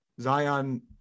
Zion